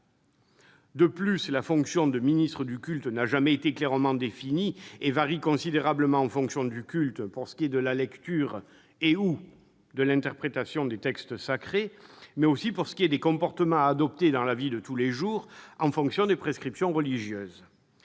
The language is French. De plus, la fonction de ministre du culte n'a jamais été clairement définie et varie considérablement selon les religions pour ce qui est de la lecture ou de l'interprétation des textes sacrés, mais aussi pour ce qui est des comportements à adopter dans la vie de tous les jours en fonction des prescriptions religieuses.